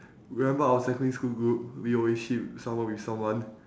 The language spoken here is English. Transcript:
remember our secondary school group we always ship someone with someone